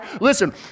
listen